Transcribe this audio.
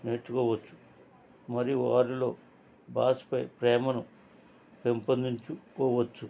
నేర్చుకోవచ్చు మరియు వారిలో భాషపై ప్రేమను పెంపొందించుకోవచ్చు